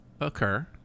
occur